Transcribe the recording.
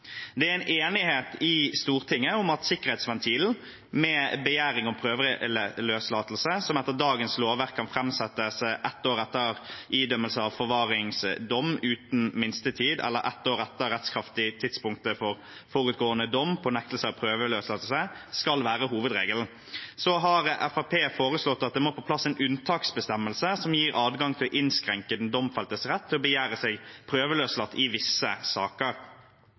Det er en enighet i Stortinget om at sikkerhetsventilen med begjæring av prøveløslatelse, som etter dagens lovverk kan framsettes ett år etter idømmelse av forvaringsdom uten minstetid eller ett år etter rettskraftig tidspunkt for forutgående dom på nektelse av prøveløslatelse, skal være hovedregelen. Fremskrittspartiet har foreslått at det må på plass en unntaksbestemmelse som gir adgang til å innskrenke den domfeltes rett til å begjære seg prøveløslatt i visse saker.